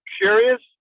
curious